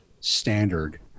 standard